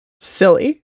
silly